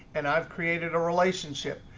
and i've created a relationship.